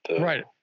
Right